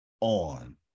on